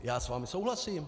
Já s vámi souhlasím.